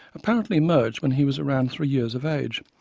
apparently emerged when he was around three years of age,